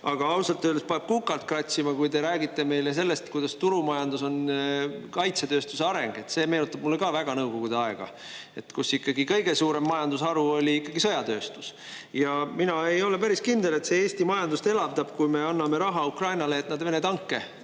Aga ausalt öeldes paneb kukalt kratsima, kui te räägite meile sellest, kuidas turumajandus on kaitsetööstuse areng. See meenutab mulle väga nõukogude aega, kui ikkagi kõige suurem majandusharu oli sõjatööstus. Mina ei ole päris kindel, et Eesti majandust elavdab see, kui me anname raha Ukrainale, et nad Vene tanke